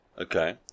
Okay